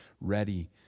ready